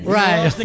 right